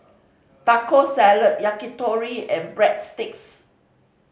Taco Salad Yakitori and Breadsticks